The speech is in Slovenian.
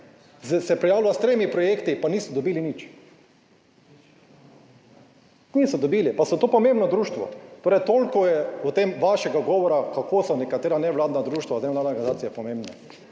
je prijavilo s tremi projekti, pa niso dobili nič. Niso dobili, pa so to pomembno društvo. Torej, toliko je v tem vašega govora, kako so nekatera nevladna društva, nevladne organizacije pomembne.